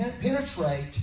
penetrate